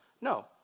No